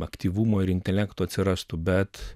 aktyvumo ir intelekto atsirastų bet